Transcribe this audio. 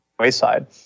wayside